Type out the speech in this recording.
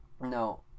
No